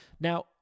Now